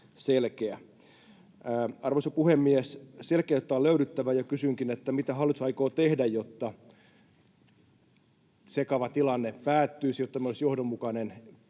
Arvoisa puhemies! Selkeyttä on löydyttävä, ja kysynkin: Mitä hallitus aikoo tehdä, jotta sekava tilanne päättyisi ja tämä olisi johdonmukainen